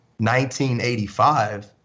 1985